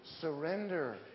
Surrender